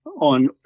on